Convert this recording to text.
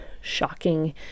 shocking